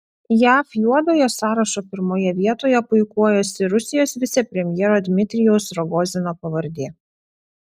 jav juodojo sąrašo pirmoje vietoje puikuojasi rusijos vicepremjero dmitrijaus rogozino pavardė